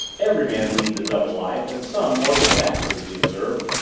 every man leads a double life and some more than that, lizzie observed.